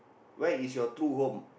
where is your true home